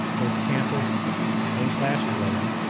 both campus and class-related.